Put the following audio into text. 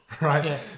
right